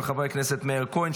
של חברי הכנסת מאיר כהן,